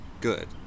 good